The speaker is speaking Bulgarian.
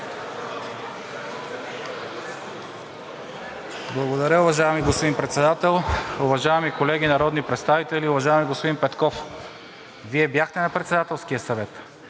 Благодаря, уважаеми господин Председател. Уважаеми колеги народни представители, уважаеми господин Петков! Вие бяхте на Председателския съвет